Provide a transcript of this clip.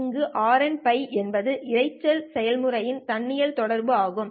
இங்கு RNτ என்பது இரைச்சல் செயல்முறையின் தன்னியல் தொடர்பு ஆகும்